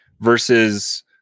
versus